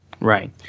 Right